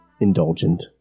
Indulgent